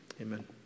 amen